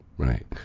Right